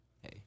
Hey